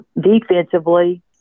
defensively